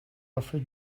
offered